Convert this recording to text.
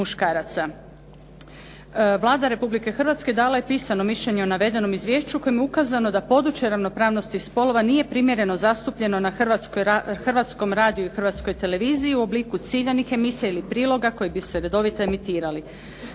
Vlada Republike Hrvatske dala je pisano izvješće o navedenom izvješću kojem je ukazano da je područje ravnopravnosti spolova nije primjereno zastupljeno na Hrvatskom radiju i Hrvatskoj televiziji u obliku ciljanih emisija ili priloga koji bi se redovito emitirali.